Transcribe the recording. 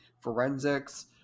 forensics